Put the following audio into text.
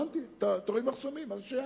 הבנתי, אתה תוריד מחסומים, אבל מה זה שייך?